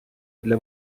для